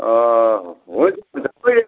हुन्छ हुन्छ कहिले